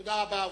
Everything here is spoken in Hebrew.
תודה רבה.